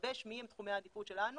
מה הם תחומי העדיפות שלנו